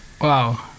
wow